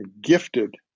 gifted